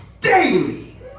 daily